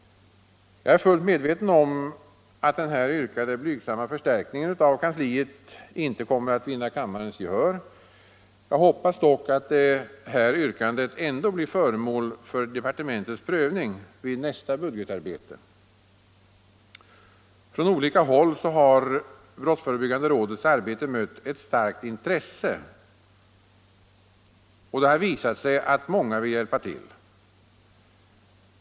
Jag är fullt medveten om att den här yrkade blygsamma förstärkningen av kansliet inte kommer att vinna kammarens gehör. Jag hoppas dock att yrkandet ändå blir föremål för departementets prövning vid nästa budgetarbete. Från olika håll har brottsförebyggande rådets arbete mött ett starkt intresse, och det har visat sig att många vill hjälpa till.